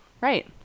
right